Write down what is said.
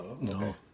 No